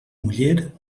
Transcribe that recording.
muller